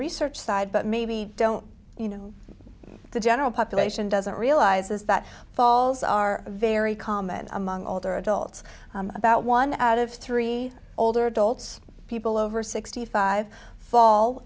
research side but maybe don't you know the general population doesn't realize is that falls are very common among older adults about one out of three older adults people over sixty five fall